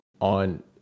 on